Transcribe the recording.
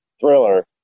thriller